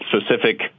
specific